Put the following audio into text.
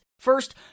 First